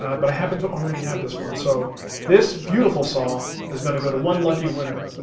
but i happen to already have this one, so this beautiful saw is going to go to one lucky winner.